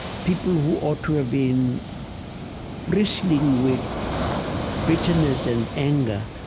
people who ought to have been bristling with bitterness and anger,